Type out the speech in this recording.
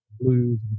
blues